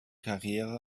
karriere